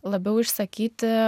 labiau išsakyti